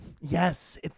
Yes